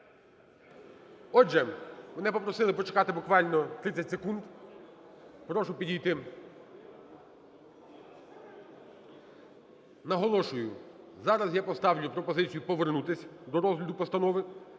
Отже, мене попросили почекати буквально 30 секунд. Прошу підійти. Наголошую: зараз я поставлю пропозицію повернутись до розгляду постанови.